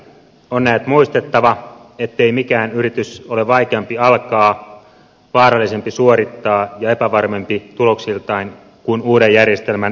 on näet muistettava ettei mikään yritys ole vaikeampi alkaa vaarallisempi suorittaa ja epävarmempi tuloksiltaan kuin uuden järjestelmän voimaan saattaminen